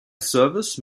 service